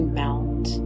melt